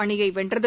அணியை வென்றது